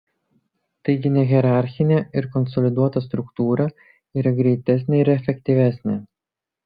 taigi nehierarchinė ir konsoliduota struktūra yra greitesnė ir efektyvesnė